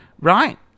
right